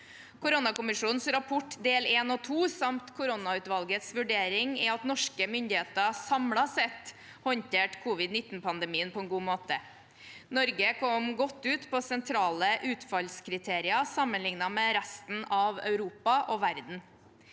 Koronakommisjonens rapporter del 1 og 2 samt koronautvalgets vurdering er at norske myndigheter samlet sett håndterte covid-19-pandemien på en god måte. Norge kom godt ut på sentrale utfallskriterier sammenlignet med resten av Europa og verden.